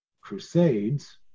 crusades